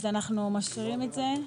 אז אנחנו משחירים את זה.